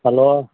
hello